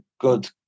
good